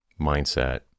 mindset